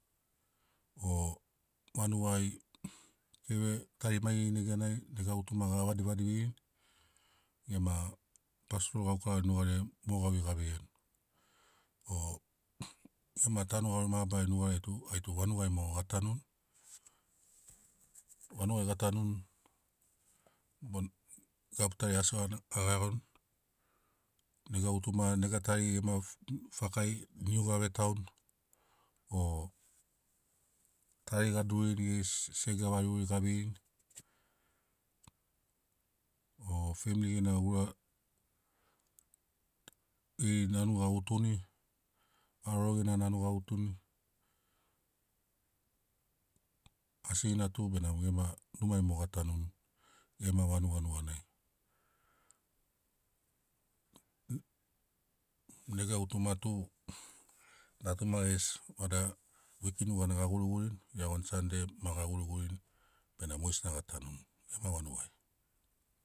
O vanugai keve tari maigeri neganai nega gutuma ga vadivadi vinirini ema pastrol gaukara nugariai mo gauvei ga veiani o gema tanu garori mabarari nugariai tu gai tu vanugai mo ga tanuni vanugai ga tanuni bo gabu tariai asi ga ga iagoni nega gutuma nega tari fakai niu ga vetauni o tari ga dururini geri se- sega variguri ga veirini o femili gena ura geri nanu ga gutuni haroro gena nanu ga gutuni asigina tu benamo gema numai mo ga tanuni gema vanuga nuganai nega gutuma tu natuma gesi vada wiki nuganai ga gurigurini iagoni sandei ma ga gurigurini benamo mogesina ga tanuni gema vanugai